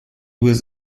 was